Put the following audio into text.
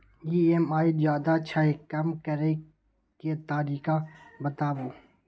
EMI ज्यादा छै कम करै के तरीका बताबू?